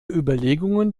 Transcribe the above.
überlegungen